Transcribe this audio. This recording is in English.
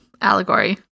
allegory